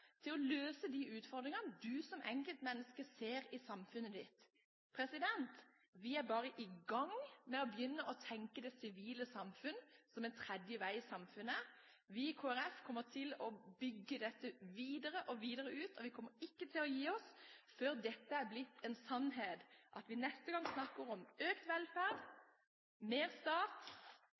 til å løse de utfordringene man som enkeltmenneske ser i samfunnet sitt. Vi er bare i gang med å begynne å tenke på det sivile samfunn som den tredje vei-samfunnet. Vi i Kristelig Folkeparti kommer til å bygge dette videre ut, og vi kommer ikke til å gi oss før det er blitt en sannhet at vi neste gang snakker om økt velferd, mer stat